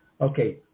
Okay